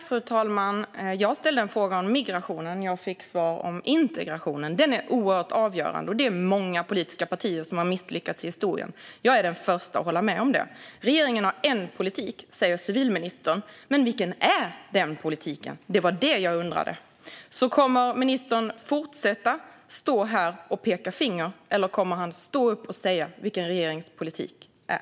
Fru talman! Jag ställde en fråga om migrationen och fick svar om integrationen. Den är oerhört avgörande. Det är många politiska partier som genom historien har misslyckats med integrationen. Jag är den första att hålla med om det. Regeringen har en politik, säger civilministern. Men vilken är den politiken? Det var det jag undrade. Kommer ministern att fortsätta stå här och peka finger? Eller kommer han att stå upp och säga vilken regeringens politik är?